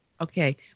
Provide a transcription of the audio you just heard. Okay